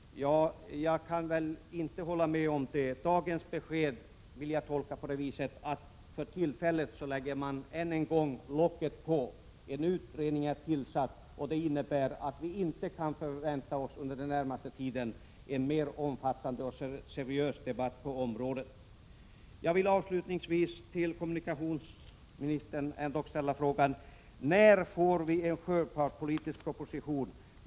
Jag kan väl inte hålla med om det. Dagens besked vill jag tolka så, att man för tillfället lägger locket på. En utredning är tillsatt, och det innebär att vi inte under den närmaste tiden kan förvänta oss en mer omfattande och seriös debatt om dessa frågor. Jag vill avslutningsvis till kommunikationsministern ändock ställa frågan: När får vi en sjöfartspolitisk proposition?